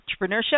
Entrepreneurship